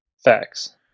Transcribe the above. Facts